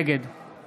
נגד